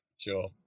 sure